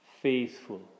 Faithful